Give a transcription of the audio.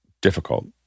difficult